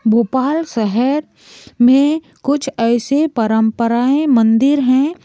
भोपाल शहर में कुछ ऐसी परंपराएं मंदिर हैं